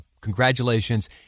congratulations